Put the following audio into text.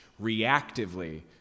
reactively